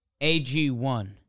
AG1